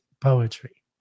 poetry